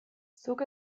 zuk